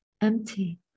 empty